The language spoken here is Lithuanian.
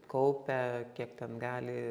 kaupia kiek ten gali